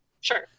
Sure